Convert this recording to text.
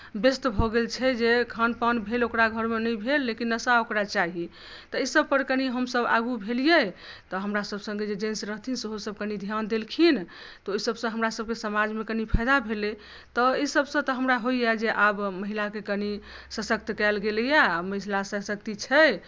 व्यस्त भऽ गेल छै जे खानपान भेल ओकरा घरमे नहि भेल लेकिन नशा ओकरा चाही तऽ एहि सभपर कनी हमसभ कनी आगू भेलियै तऽ हमरासभ सङ्गे जे जेन्ट्स रहथिन सेहोसभ कनी ध्यान देलखिन तऽ ओहिसभसँ हमरासभके समाजमे कनी फायदा भेलै तऽ एहिसभसँ तऽ हमरा होइए जे आब महिलाकेँ कनी सशक्त कयल गेलैएआ महिला सशक्ति छै